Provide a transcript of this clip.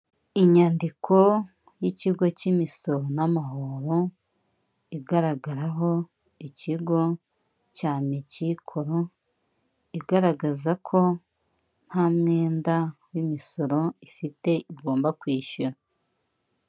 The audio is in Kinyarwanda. Inyandiko y'ikigo cy'imisoro n'amahoro, igaragaraho ikigo cya Ameki koro igaragaza ko nta mwenda w'imisoro ifite igomba kwishyura.